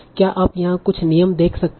क्या आप यहां कुछ नियम देख सकते हैं